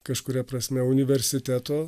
kažkuria prasme universiteto